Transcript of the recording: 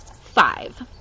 Five